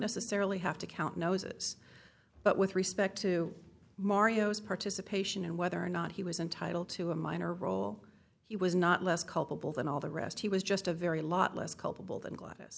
necessarily have to count noses but with respect to mario's participation and whether or not he was entitled to a minor role he was not less culpable than all the rest he was just a very lot less culpable than glad